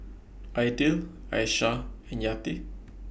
Aidil Aisyah and Yati